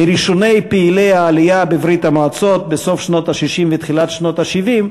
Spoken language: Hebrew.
מראשוני פעילי העלייה בברית-המועצות בסוף שנות ה-60 ותחילת שנות ה-70,